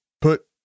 put